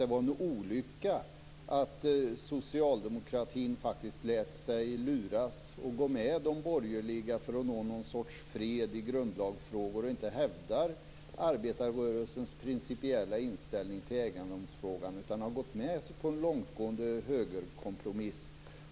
Det var en olycka att socialdemokratin faktiskt lät sig luras att gå med de borgerliga för att nå någon sorts fred i grundlagsfrågor och att den inte hävdar arbetarrörelsens principiella inställning till egendomsfrågan. Man har gått med på en långtgående högerkompromiss.